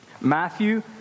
matthew